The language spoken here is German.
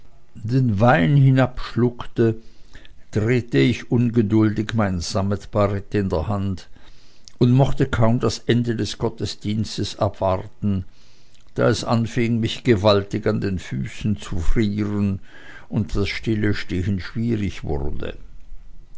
den wein hinabschluckte drehte ich ungeduldig mein sammetbarett in der hand und mochte kaum das ende des gottesdienstes abwarten da es anfing mich gewaltig an den füßen zu frieren und das stillstehen schwierig wurde